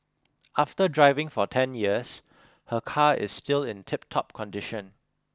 after driving for ten years her car is still in tiptop condition